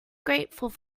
grateful